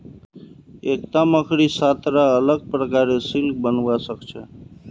एकता मकड़ी सात रा अलग प्रकारेर सिल्क बनव्वा स ख छ